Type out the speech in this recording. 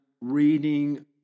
reading